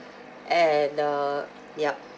and uh yup